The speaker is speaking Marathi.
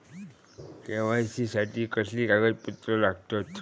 के.वाय.सी साठी कसली कागदपत्र लागतत?